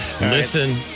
Listen